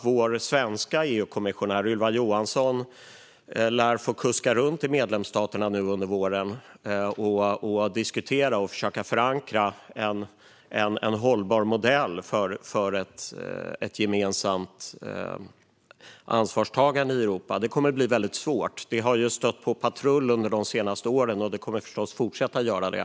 Vår svenska EU-kommissionär Ylva Johansson lär få kuska runt till medlemsstaterna under våren för att diskutera och försöka förankra en hållbar modell för ett gemensamt ansvarstagande i Europa. Det kommer att bli väldigt svårt. Det har ju stött på patrull under de senaste åren, och det kommer förstås att fortsätta göra det.